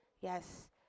Yes